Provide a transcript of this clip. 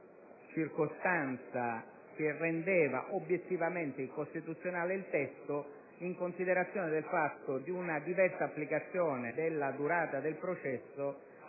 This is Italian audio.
circostanza che rendeva obiettivamente incostituzionale il testo, in considerazione di una diversa applicazione della durata del processo